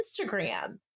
Instagram